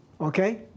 Okay